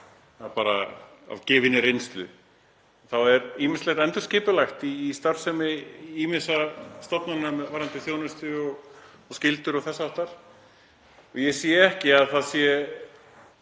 nauðsyn. Að fenginni reynslu þá er ýmislegt endurskipulagt í starfsemi ýmissa stofnana varðandi þjónustu og skyldur og þess háttar og ég sé ekki að það sé